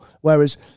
Whereas